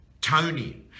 Tony